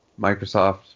Microsoft